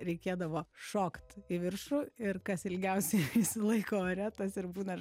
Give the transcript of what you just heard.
reikėdavo šokt į viršų ir kas ilgiausiai išsilaiko ore tas ir būna